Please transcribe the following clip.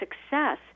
success